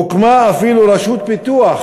הוקמה אפילו רשות פיתוח